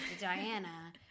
Diana